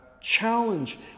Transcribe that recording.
challenge